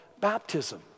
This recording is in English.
baptism